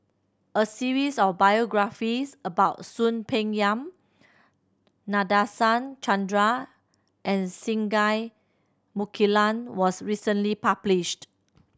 a series of biographies about Soon Peng Yam Nadasen Chandra and Singai Mukilan was recently published